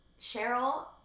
Cheryl